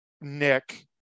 Nick